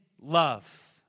love